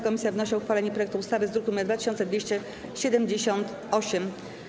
Komisja wnosi o uchwalenie projektu ustawy z druku nr 2278.